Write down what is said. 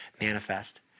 manifest